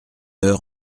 heure